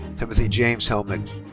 timothy james hellmich.